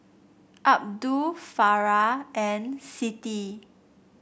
Abdul Farah and Siti